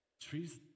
Trees